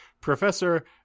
Professor